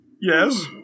yes